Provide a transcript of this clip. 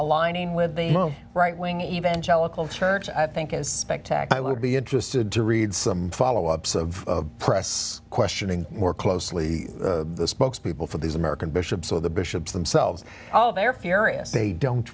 aligning with the right wing evangelical church i think is spectacular would be interested to read some follow ups of press questioning more closely the spokespeople for these american bishops with the bishops themselves oh they're furious they don't